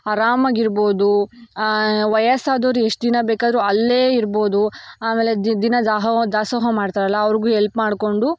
ಆರಾಮಾಗಿರ್ಬೋದು ವಯಸ್ಸಾದವ್ರು ಎಷ್ಟು ದಿನ ಬೇಕಾದರೂ ಅಲ್ಲೇ ಇರ್ಬೋದು ಆಮೇಲೆ ದಿನ ದಾಸೋಹ ದಾಸೋಹ ಮಾಡ್ತಾರಲ್ಲ ಅವ್ರಿಗೂ ಹೆಲ್ಪ್ ಮಾಡಿಕೊಂಡು